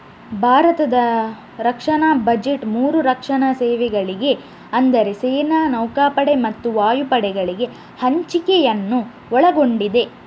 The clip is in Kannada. ಭಾರತದ ರಕ್ಷಣಾ ಬಜೆಟ್ ಮೂರು ರಕ್ಷಣಾ ಸೇವೆಗಳಿಗೆ ಅಂದರೆ ಸೇನೆ, ನೌಕಾಪಡೆ ಮತ್ತು ವಾಯುಪಡೆಗಳಿಗೆ ಹಂಚಿಕೆಯನ್ನು ಒಳಗೊಂಡಿದೆ